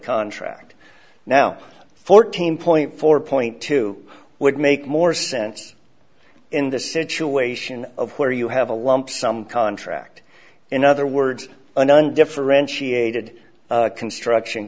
contract now fourteen point four point two would make more sense in the situation where you have a lump sum contract in other words an undifferentiated construction